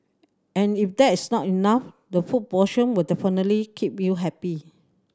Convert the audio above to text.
and if that's not enough the food option will definitely keep you happy